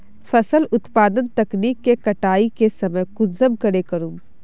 फसल उत्पादन तकनीक के कटाई के समय कुंसम करे करूम?